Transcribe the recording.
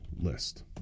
list